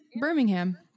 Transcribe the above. birmingham